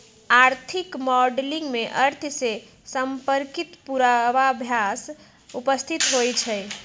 आर्थिक मॉडलिंग में अर्थ से संपर्कित पूर्वाभास उपस्थित होइ छइ